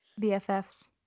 BFFs